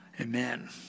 Amen